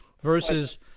versus